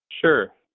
Sure